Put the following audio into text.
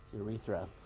urethra